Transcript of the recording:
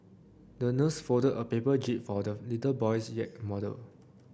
the nurse folded a paper jib for the little boy's yacht model